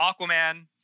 Aquaman